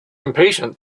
impatient